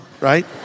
Right